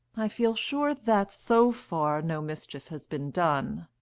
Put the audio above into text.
i feel sure that, so far, no mischief has been done.